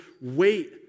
wait